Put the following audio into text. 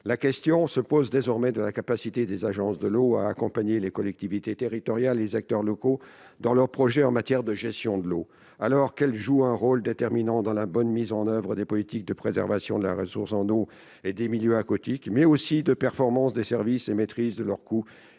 La question de la capacité des agences de l'eau à accompagner les collectivités territoriales et les acteurs locaux dans leurs projets en matière de gestion de l'eau se pose désormais. Alors que ces agences jouent un rôle déterminant, tant dans la bonne mise en oeuvre des politiques de préservation des ressources en eau et des milieux aquatiques que dans la performance des services et la maîtrise des coûts,